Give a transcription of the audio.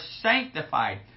sanctified